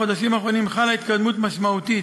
בחודשים האחרונים חלה התקדמות משמעותית